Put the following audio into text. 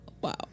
wow